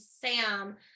Sam